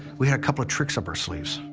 we had a couple of tricks up our sleeves.